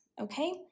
Okay